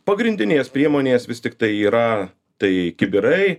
pagrindinės priemonės vis tiktai yra tai kibirai